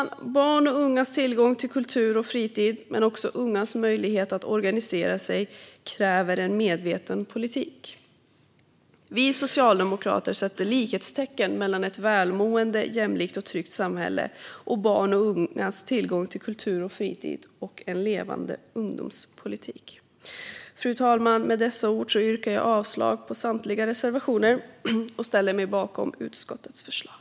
När det gäller barns och ungas tillgång till kultur och fritid men också ungas möjlighet att organisera sig krävs det en medveten politik. Vi socialdemokrater sätter likhetstecken mellan ett välmående, jämlikt och tryggt samhälle och barns och ungas tillgång till kultur och fritid och en levande ungdomspolitik. Fru talman! Med dessa ord yrkar jag avslag på samtliga reservationer och ställer mig bakom utskottets förslag.